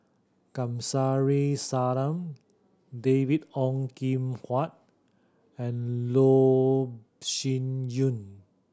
Kamsari Salam David Ong Kim Huat and Loh Sin Yun